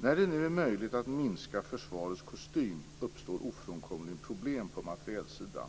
När det nu är möjligt att minska försvarets kostym uppstår ofrånkomligen problem på materielsidan.